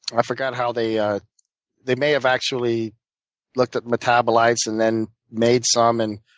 i forgot how they ah they may have actually looked at metabolites and then made some, and